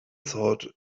thought